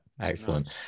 excellent